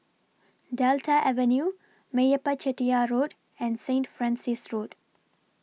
Delta Avenue Meyappa Chettiar Road and Saint Francis Road